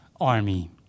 army